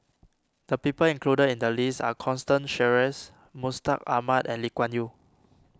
the people included in the list are Constance Sheares Mustaq Ahmad and Lee Kuan Yew